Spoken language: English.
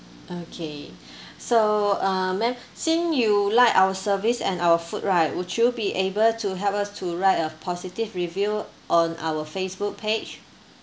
okay so uh madam since you like our service and our food right would you be able to help us to write a positive review on our Facebook page